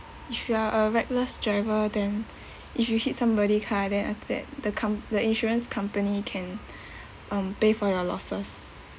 if you are a reckless driver then if you hit somebody's car then after that the com~ the insurance company can um pay for your losses